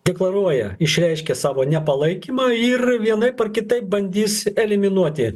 deklaruoja išreiškia savo nepalaikymą ir vienaip ar kitaip bandys eliminuoti